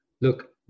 Look